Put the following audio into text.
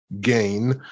gain